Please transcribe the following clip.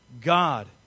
God